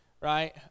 right